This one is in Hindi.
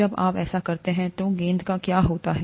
जब आप ऐसा करते हैं तो गेंद का क्या होता है